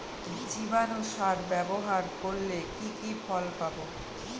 জীবাণু সার ব্যাবহার করলে কি কি ফল পাবো?